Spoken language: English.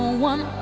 one